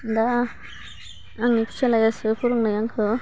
दा आंनि फिसालायासो फोरोंनाय आंखौ